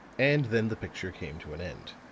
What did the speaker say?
and then the picture came to an end,